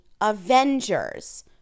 Avengers